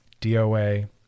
doa